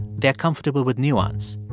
they're comfortable with nuance.